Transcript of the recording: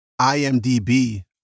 IMDB